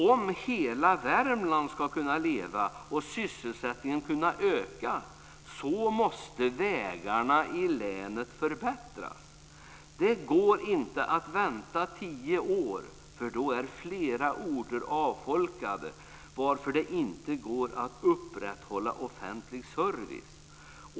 Om hela Värmland ska kunna leva och sysselsättningen kunna öka så måste vägarna i länet förbättras. Det går inte att vänta 10 år, för då är flera orter avfolkade, varför det inte går att upprätthålla offentlig service.